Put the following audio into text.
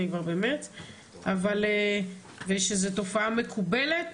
יש איזו תופעה מקובלת